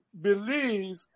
believe